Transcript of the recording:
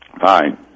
Fine